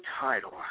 title